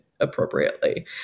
appropriately